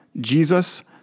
Jesus